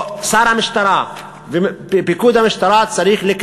או שר המשטרה ופיקוד המשטרה צריכים,